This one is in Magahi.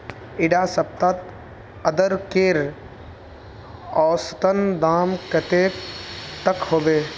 इडा सप्ताह अदरकेर औसतन दाम कतेक तक होबे?